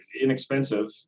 inexpensive